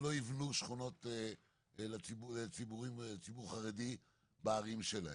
שלא יבנו שכונות לציבור החרדי בערים שלהם.